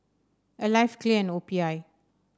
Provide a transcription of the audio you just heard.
Alive Clear and O P I